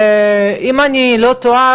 אם אני לא טועה,